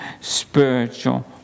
spiritual